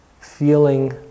feeling